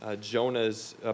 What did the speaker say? Jonah's